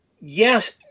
yes